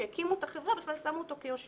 כשהקימו את החברה בכלל שמו אותו כיושב-ראש,